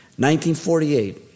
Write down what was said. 1948